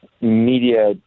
media